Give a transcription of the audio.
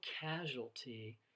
casualty